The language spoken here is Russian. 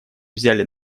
взяли